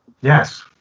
Yes